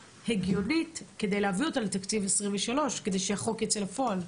הגיונית כדי להביא אותו לתקציב 23' כדי שהחוק ייצא לפועל.